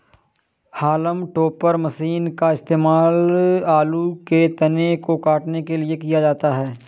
haulm topper machine का इस्तेमाल आलू के तने को काटने के लिए किया जाता है